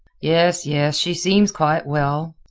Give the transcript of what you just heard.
yes, yes she seems quite well,